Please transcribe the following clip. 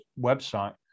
website